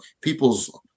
people's